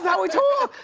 yeah we talk.